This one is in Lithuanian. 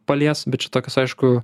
palies bet čia tokios aišku